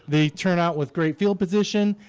they turn out with great field position,